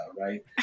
right